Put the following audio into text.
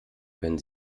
können